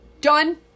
Done